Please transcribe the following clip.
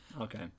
okay